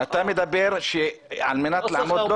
אתה אומר שעל מנת לעמוד לא